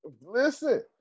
Listen